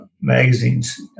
magazines